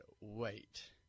wait